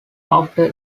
after